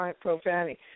profanity